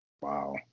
Wow